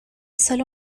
solo